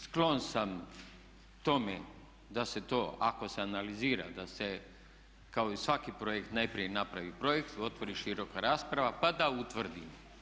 Sklon sam tome da se to ako se analizira da se kao i svaki projekt najprije napravi projekt, otvori široka rasprava pa da utvrdimo.